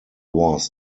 was